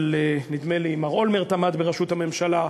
ונדמה לי שמר אולמרט עמד בראשות הממשלה.